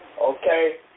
Okay